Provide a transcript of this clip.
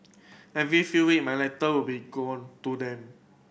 every few week my letter would be go to them